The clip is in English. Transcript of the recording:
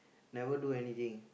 never do anything